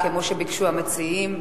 כמו שביקשו המציעים,